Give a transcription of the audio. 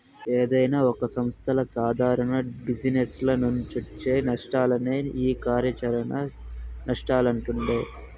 ఏదైనా ఒక సంస్థల సాదారణ జిజినెస్ల నుంచొచ్చే నష్టాలనే ఈ కార్యాచరణ నష్టాలంటుండె